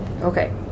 Okay